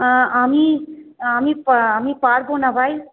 আমি আমি আমি পারব না ভাই